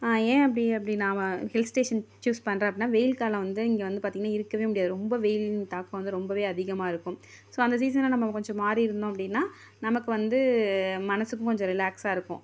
ஏன் அப்படி அப்படினா நான் ஹில்ஸ் ஸ்டேஷன் சூஸ் பண்ணுறன் அப்படினா வெயில் காலம் வந்து இங்கே வந்து பார்த்திங்ன்னா இருக்கவே முடியாது ரொம்ப வெயில் தாக்கம் வந்து ரொம்பவே அதிகமாக இருக்கும் ஸோ அந்த சீசனை நம்ம கொஞ்சம் மாறி இருந்தோம் அப்படினா நமக்கு வந்து மனசுக்கும் கொஞ்சம் ரிலாக்சாகருக்கும்